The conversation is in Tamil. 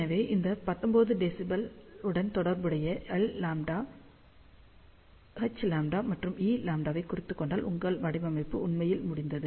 எனவே இந்த 19 dBi உடன் தொடர்புடைய Lλ Hλ மற்றும் Eλ குறித்துக்கொண்டால் உங்கள் வடிவமைப்பு உண்மையில் முடிந்தது